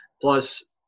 Plus